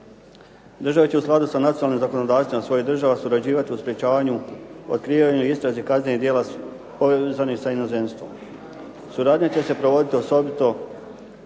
Države će u skladu sa nacionalnim zakonodavstvima svojih država surađivati u sprečavanju, otkrivanju i istrazi kaznenih djela povezanih sa inozemstvom. Suradnja će se provoditi osobito